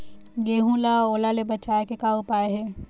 गेहूं ला ओल ले बचाए के का उपाय हे?